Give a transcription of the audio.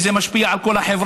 וזה משפיע על כל החברה,